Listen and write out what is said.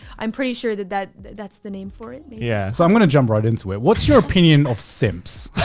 i'm pretty sure that that that's the name for it. yeah, so i'm gonna jump right into it. what's your opinion of simps?